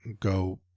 go